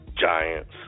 giants